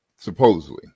supposedly